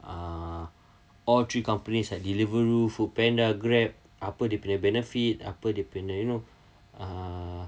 uh all three companies had deliveroo foodpanda grab apa dia punya benefit apa dia punya you know uh